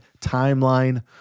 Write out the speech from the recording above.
timeline